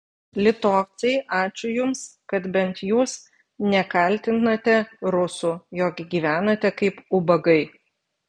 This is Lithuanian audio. litovcai ačiū jums kad bent jūs nekaltinate rusų jog gyvenate kaip ubagai